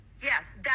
Yes